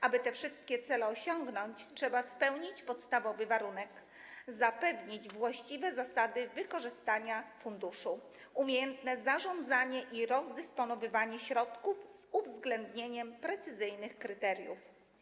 Aby te wszystkie cele osiągnąć, trzeba spełnić podstawowy warunek: zapewnić właściwe zasady wykorzystywania funduszu, umiejętne zarządzanie i rozdysponowywanie środków z uwzględnieniem precyzyjnych kryteriów.